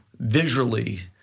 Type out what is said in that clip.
visually,